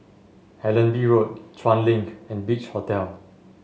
Allenby Road Chuan Link and Beach Hotel